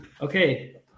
okay